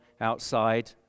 outside